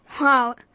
Wow